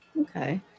Okay